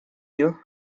you